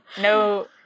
No